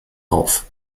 auf